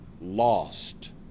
lost